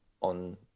on